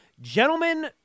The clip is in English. Gentlemen